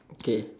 okay